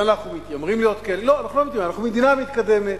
ואנחנו מדינה מתקדמת.